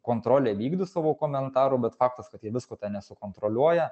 kontrolę vykdo savo komentarų bet faktas kad jie visko ten nesukontroliuoja